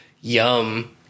Yum